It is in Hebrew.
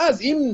ואז אם,